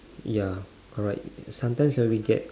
ya correct sometimes when we get